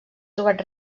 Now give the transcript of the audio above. trobat